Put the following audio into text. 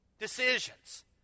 decisions